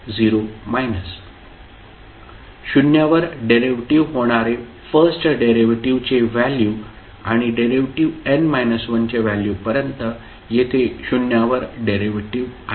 s0fn 10 शून्यावर derivative होणारे first derivative चे व्हॅल्यू आणि डेरिव्हेटिव्ह n 1 च्या व्हॅल्यूपर्यंत येथे शून्यावर डेरिव्हेटिव्ह आहे